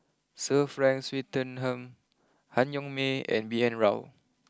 Sir Frank Swettenham Han Yong May and B N Rao